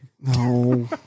No